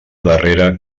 darrere